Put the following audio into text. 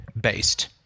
based